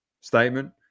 statement